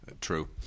True